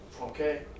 okay